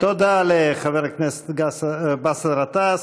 תודה לחבר הכנסת באסל גטאס.